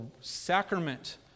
sacrament